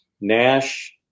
Nash